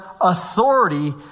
authority